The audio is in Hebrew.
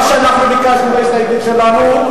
מה שאנחנו ביקשנו בהסתייגות שלנו,